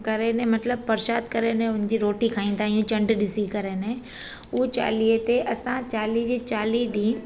करे ने मतलबु प्रसाद करे ने हुन जी रोटी खाईंदा आहियूं चंडु ॾिसी करे ने उहो चालीहे ते असां चालीह जे चालीह ॾींहं